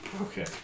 Okay